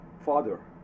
father